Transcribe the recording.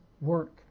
work